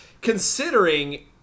Considering